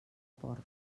porta